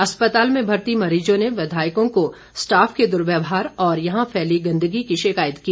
अस्पताल में मर्ती मरीजों ने विधायकों को स्टाफ के दुर्व्यवहार और यहां फैली गंदगी की शिकायत की